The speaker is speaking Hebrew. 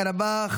תודה רבה.